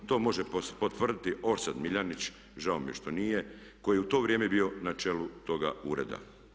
To može potvrditi Orsat Miljenić, žao mi je što nije koji je u to vrijeme bio na čelu toga ureda.